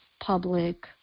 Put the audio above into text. public